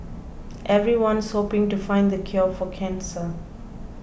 everyone's hoping to find the cure for cancer